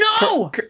no